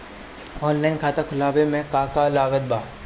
Online खाता खुलवावे मे का का लागत बा?